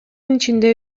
ичинде